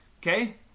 Okay